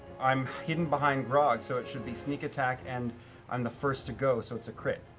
i'm hidden behind grog so it should be sneak attack, and i'm the first to go so it's a crit.